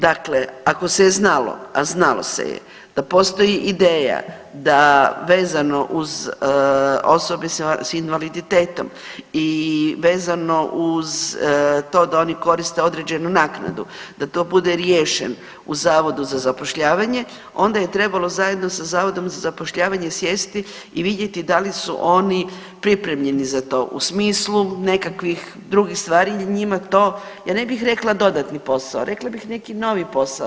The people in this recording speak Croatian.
Dakle, ako se znalo, a znalo se je da postoji ideja da vezano uz osobe s invaliditetom i vezano uz to da oni koriste određenu naknadu da to bude riješen u zavodu za zapošljavanje onda je trebalo zajedno sa zavodom za zapošljavanje sjesti i vidjeti da li su oni pripremljeni za to u smislu nekakvih drugih stvari gdje njima to, ja ne bih rekla dodatni posao, rekla bih neki novi posao.